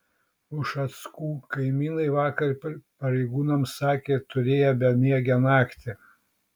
ušackų kaimynai vakar pareigūnams sakė turėję bemiegę naktį